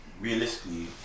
realistically